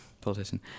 politician